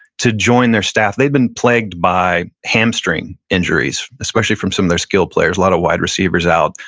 to join their staff. they'd been plagued by hamstring injuries, especially from some of their skilled players, a lot of wide receivers out.